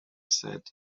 said